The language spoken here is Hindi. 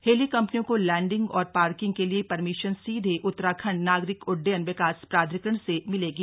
हेली कम्पनियों को लैंडिंग और पार्किंग के लिए परमिशन सीधे उत्तराखण्ड नागरिक उड्डयन विकास प्राधिकरण से मिलेगी